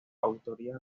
autoría